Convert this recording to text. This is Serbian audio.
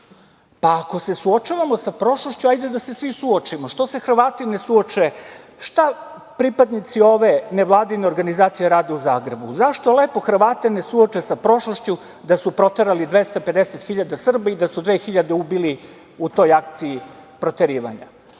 Ako se suočavamo sa prošlošću hajde da svi suočimo. Što se Hrvati ne suoče? Šta pripadnici ove nevladine organizacije rade u Zagrebu? Zašto lepo Hrvate ne suoče sa prošlošću da su proterali 250 hiljada Srba i da su 2000 ubili u toj akciji proterivanja.